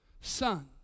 son